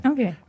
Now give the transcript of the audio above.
Okay